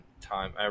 time